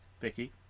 Vicky